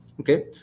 Okay